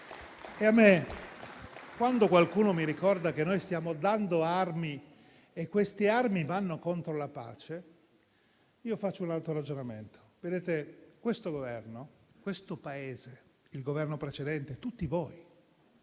Quando qualcuno mi ricorda che noi stiamo dando armi e queste armi vanno contro la pace, faccio un altro ragionamento: questo Governo, questo Paese, così come il Governo precedente, tutti voi,